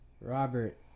Robert